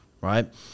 right